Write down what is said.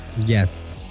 Yes